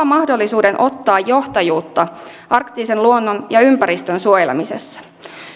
mahdollisuuden ottaa johtajuutta arktisen luonnon ja ympäristön suojelemisessa